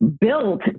built